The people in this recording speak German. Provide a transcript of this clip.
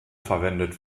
verwendet